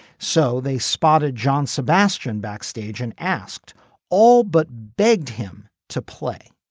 so they spotted john sebastian backstage and asked all but begged him to play.